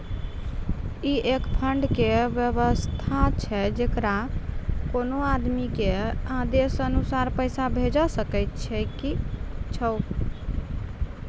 ई एक फंड के वयवस्था छै जैकरा कोनो आदमी के आदेशानुसार पैसा भेजै सकै छौ छै?